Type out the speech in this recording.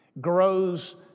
grows